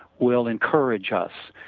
will encourage us,